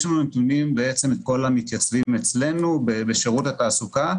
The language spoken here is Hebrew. יש לנו את הנתונים של כל המתייצבים אצלנו בשירות התעסוקה,